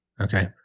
okay